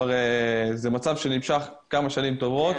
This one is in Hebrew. זה מצב שנמשך כמה שנים טובות.